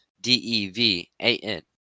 D-E-V-A-N